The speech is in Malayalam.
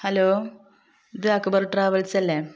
ഹലോ ഇത് അക്ബര് ട്രാവല്സല്ലേ